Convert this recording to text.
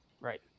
Right